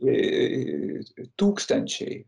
e tūkstančiai